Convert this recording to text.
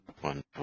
One